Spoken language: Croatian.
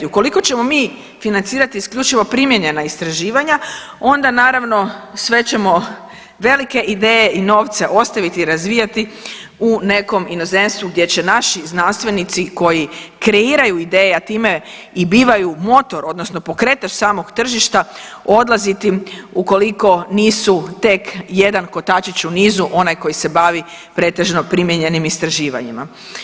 Ukoliko ćemo mi financirati isključivo primijenjena istraživanja onda naravno sve ćemo velike ideje i novce ostaviti razvijati u nekom inozemstvu gdje će naši znanstvenici koji kreiraju ideje, a time i bivaju motor odnosno pokretač samog tržišta odlaziti ukoliko nisu tek jedan kotačić u nisu, onaj koji se bavi pretežno primijenjenim istraživanjima.